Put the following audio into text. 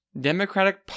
Democratic